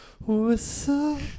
Whistle